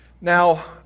Now